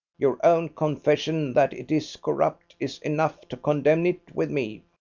your own confession that it is corrupt is enough to condemn it with me.